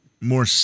more